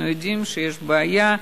אנחנו יודעים שיש בעיה.